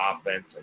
offense